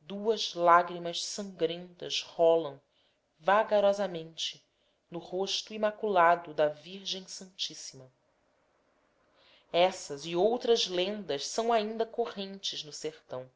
duas lágrimas sangrentas rolam vagarosamente no rosto imaculado da virgem santíssima estas e outras lendas são ainda correntes no sertão